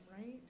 Right